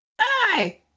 Hi